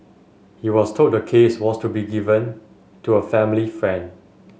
he was told the case was to be given to a family friend